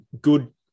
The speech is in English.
good